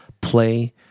Play